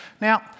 Now